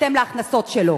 בהתאם להכנסות שלו.